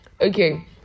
okay